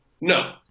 No